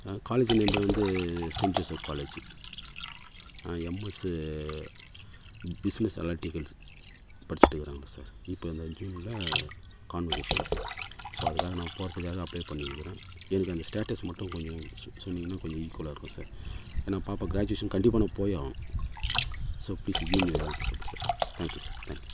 காலேஜி name வந்து saint Joseph college MS business analytics படிச்சுட்டு இருக்கிறாங்க சார் இப்போது இந்த ஜூனில் கான்வகேஷன் ஸோ அதுக்காக நான் போகிறத்துக்காக அப்ளை பண்ணி இருக்கிறேன் எனக்கு அந்த ஸ்டேட்டஸ் மட்டும் கொஞ்சம் சொன் சொன்னீங்கன்னால் கொஞ்சம் ஈக்வலாக இருக்கும் சார் ஏன்னால் பாப்பா க்ராஜுவேஷன் கண்டிப்பாக நான் போயே ஆகணும் so please give me a opportunity sir thank you sir thank you